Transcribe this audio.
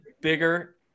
bigger